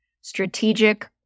strategic